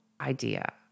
idea